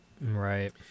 Right